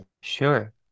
Sure